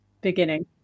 beginning